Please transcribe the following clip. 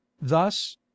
thus